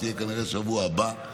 שתהיה כנראה בשבוע הבא.